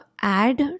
add